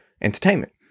entertainment